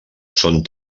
són